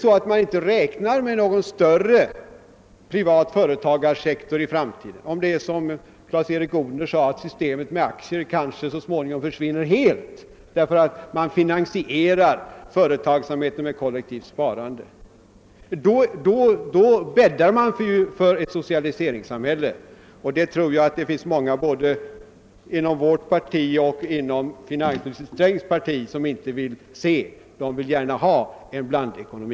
Om man inte räknar med någon större privat företagarsektor i framtiden och om man som Clas-Erik Odhner menar att systemet med aktier så småningom kanske helt försvinner därför att företagsamheten finansieras med kollektivt sparande, då bäddar man för ett socialiseringssamhälle. Jag tror det finns många både inom vårt parti och inom herr Strängs parti som inte vill se någonting sådant utan som vill ha en blandekonomi.